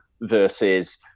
versus